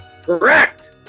Correct